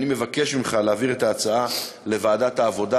אני מבקש ממך להעביר את ההצעה לוועדת העבודה,